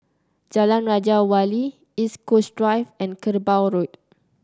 Jalan Raja Wali East Coast Drive and Kerbau Road